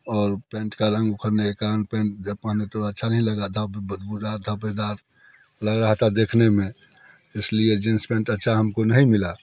और पेंट का रंग उखड़ने के कारण पैन्ट जब पहने तो अच्छा नहीं लगा था वो बदबूदार धब्बेदार लग रहा था देखने में इस लिए जींस पेंट अच्छा हम को नहीं मिला